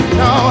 no